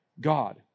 God